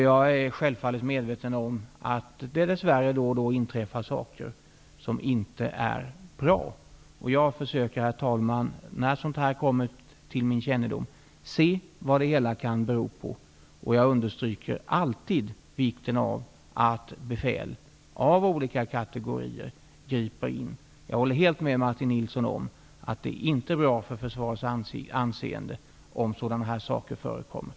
Jag är självfallet medveten om att det dess värre då och då inträffar saker som inte är bra. Herr talman! När sådant kommer till min kännedom försöker jag se vad det hela kan bero på. Jag understryker alltid vikten av att befäl av olika kategorier griper in. Jag håller med Martin Nilsson om att det inte är bra för försvarets anseende om sådana saker förekommer.